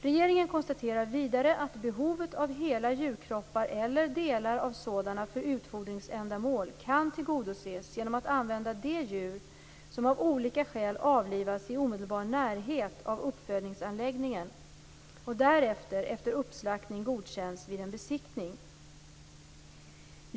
Regeringen konstaterar vidare att behovet av hela djurkroppar - eller delar av sådana - för utfodringsändamål kan tillgodoses genom att man använder de djur som av olika skäl avlivas i omedelbar närhet av uppfödningsanläggningen och därefter, efter uppslaktning, godkänns vid en besiktning.